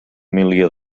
milió